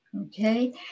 Okay